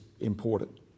important